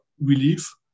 relief